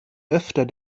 öfter